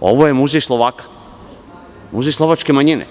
ovo je muzej Slovaka, muzej slovačke manjine.